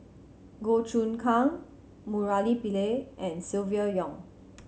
Goh Choon Kang Murali Pillai and Silvia Yong